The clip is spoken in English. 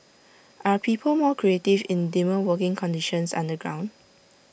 are people more creative in dimmer working conditions underground